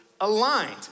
aligned